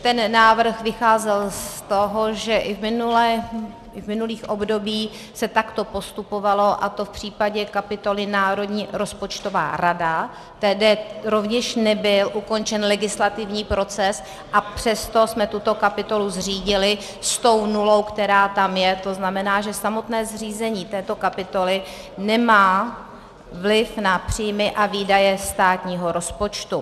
Ten návrh vycházel z toho, že i v minulých obdobích se takto postupovalo, a to v případě kapitoly Národní rozpočtová rada, kde rovněž nebyl ukončen legislativní proces, a přesto jsme tuto kapitolu zřídili s tou nulou, která tam je, to znamená, že samotné zřízení této kapitoly nemá vliv na příjmy a výdaje státního rozpočtu.